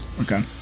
Okay